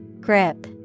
Grip